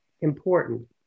important